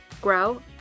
grow